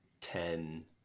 ten